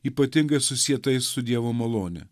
ypatingai susietais su dievo malone